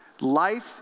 Life